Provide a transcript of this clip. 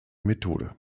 methode